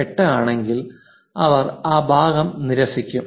78 ആണെങ്കിൽ അവർ ആ ഭാഗം നിരസിക്കും